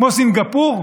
כמו סינגפור?